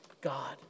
God